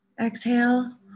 exhale